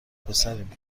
پسریم